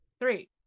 three